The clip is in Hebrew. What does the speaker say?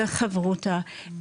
של חברותה,